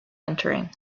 entering